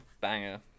banger